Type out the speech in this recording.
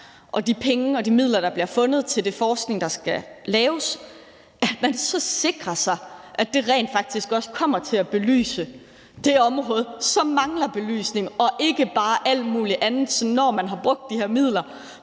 og de penge og midler, der bliver fundet til den forskning, der skal laves, så sikrer sig, at det rent faktisk også kommer til at belyse det område, som mangler at blive belyst, og ikke bare alt muligt andet, sådan at vi ikke, når man har brugt de her midler